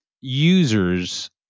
users